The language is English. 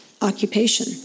occupation